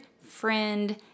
friend